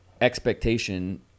expectation